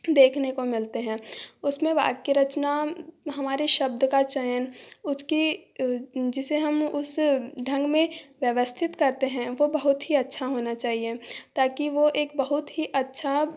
देखने को मिलते हैं उसमें वाक्य रचना हमारे शब्द का चयन उसकी जिसे हम उस ढंग में व्यवस्थित करते हैं वो बहुत ही अच्छा होना चाहिए ताकि वो एक बहुत ही अच्छा